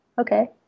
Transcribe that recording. okay